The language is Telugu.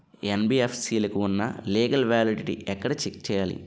యెన్.బి.ఎఫ్.సి లకు ఉన్నా లీగల్ వ్యాలిడిటీ ఎక్కడ చెక్ చేయాలి?